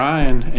Ryan